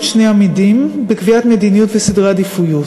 שני המינים בקביעת מדיניות וסדרי עדיפויות.